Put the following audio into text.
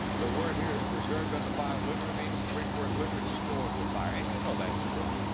the word here, reserved under fire, literally means, the greek word literally, stored with fire. and you know that is true.